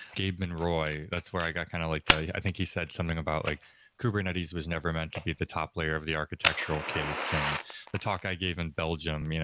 gabe monroy, that's where i got kind of like the yeah i think he said something about like kubernetes was never meant to be at the top layer of the architectural cake. and the talk i gave in belgium, you know